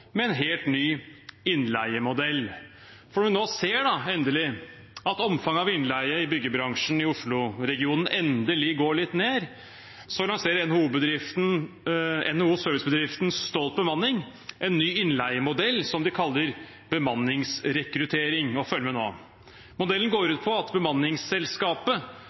med en helt ny innleiemodell. Når vi nå ser at omfanget av innleie i byggebransjen i Oslo-regionen endelig går litt ned, lanserer NHO Service-bedriften Stolt bemanning en ny innleiemodell som de kaller bemanningsrekruttering. Følg med nå: Modellen går ut på at bemanningsselskapet